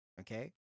okay